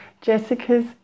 Jessica's